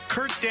Kurt